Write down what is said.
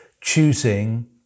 choosing